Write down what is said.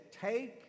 take